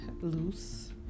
loose